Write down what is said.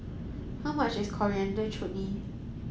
how much is Coriander Chutney